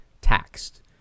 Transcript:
taxed